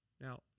Now